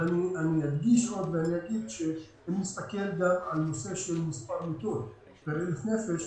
אני אדגיש שאם נסתכל על נושא מספר המיטות פר 1,000 נפש,